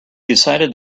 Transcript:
decided